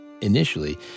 initially